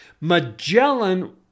Magellan